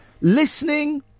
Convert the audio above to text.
listening